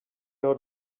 out